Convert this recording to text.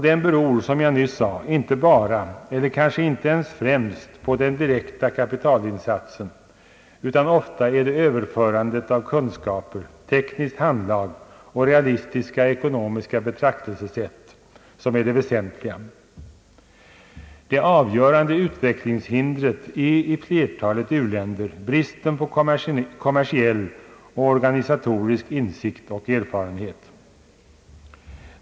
Denna beror, som jag nyss sade, inte bara eller kanske inte ens främst på den direkta kapitalinsatsen, utan ofta är det överförande av kunskaper, tekniskt handlag och realistiska ekonomiska betraktelsesätt som är det väsentliga. Det avgörande utvecklingshindret är i flertalet u-länder bristen på kommersiell och organisatorisk insikt och erfarenhet.